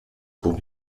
cours